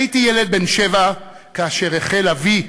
הייתי ילד בן שבע כאשר החל אבי,